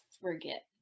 forget